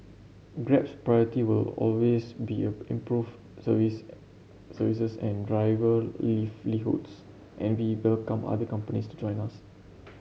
Grab's priority will always be a improve service services and driver livelihoods and we welcome other companies to join us